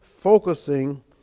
Focusing